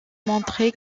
montrer